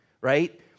right